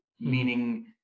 meaning